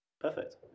Perfect